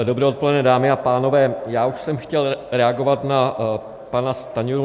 Dobré odpoledne, dámy a pánové, já už jsem chtěl reagovat na pana Stanjuru.